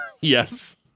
Yes